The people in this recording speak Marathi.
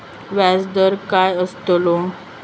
व्याज दर काय आस्तलो?